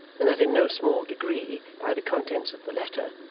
and that in no small degree, by the contents of the letter,